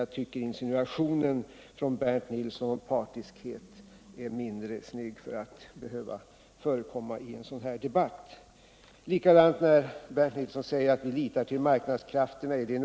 Jag tycker att insinuationen från Bernt Nilsson om partiskhet är mindre snygg och inte bör förekomma i en sådan här debatt. Likaså är det en orimlighet när Bernt Nilsson säger att vi litar till marknadskrafterna.